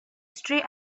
stray